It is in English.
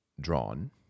drawn